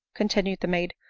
continued the maid.